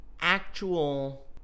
actual